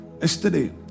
Yesterday